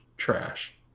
trash